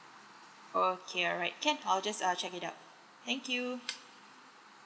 okay alright can I'll just uh check it out thank you